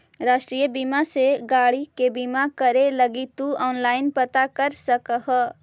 राष्ट्रीय बीमा से गाड़ी के बीमा करे लगी तु ऑनलाइन पता कर सकऽ ह